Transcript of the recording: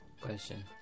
Question